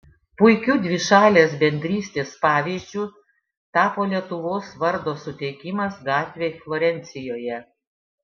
puikiu dvišalės bendrystės pavyzdžiu tapo lietuvos vardo suteikimas gatvei florencijoje